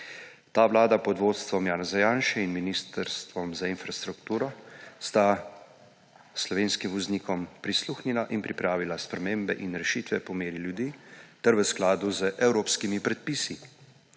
Ta vlada pod vodstvom Janeza Janše in Ministrstvom za infrastrukturo sta slovenskim voznikom prisluhnila in pripravila spremembe in rešitve po meri ljudi ter v skladu z evropskimi predpisi.